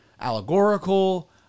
allegorical